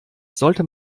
sollte